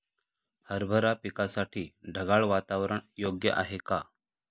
हरभरा पिकासाठी ढगाळ वातावरण योग्य आहे का?